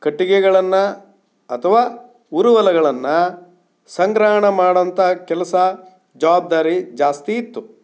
ಕಟ್ಟಿಗೆಗಳನ್ನು ಅಥವಾ ಉರುವಲುಗಳನ್ನ ಸಂಗ್ರಹಣ ಮಾಡೋಂಥ ಕೆಲಸ ಜವಾಬ್ದಾರಿ ಜಾಸ್ತಿ ಇತ್ತು